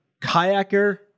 kayaker